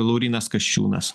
laurynas kasčiūnas